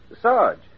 Sarge